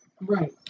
Right